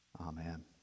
amen